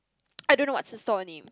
I don't know what's the stall name